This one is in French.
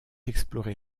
exploré